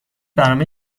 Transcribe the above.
برنامه